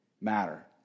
matter